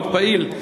מאוד פעיל.